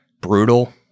brutal